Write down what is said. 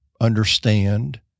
understand